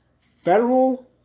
federal